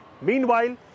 Meanwhile